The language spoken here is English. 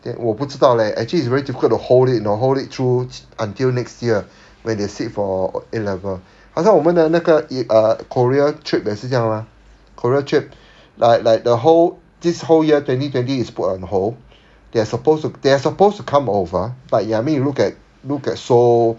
then 我不知道 leh actually it's very difficult to hold it know hold it through until next year when they sit for A level 好像我们的那个 err korea trip 也是这样 mah korea trip like like the whole this whole year twenty twenty is put on hold they're supposed to they're supposed to come over but ya I mean you look at look at seoul